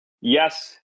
Yes